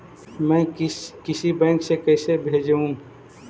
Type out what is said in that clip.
मैं किसी बैंक से कैसे भेजेऊ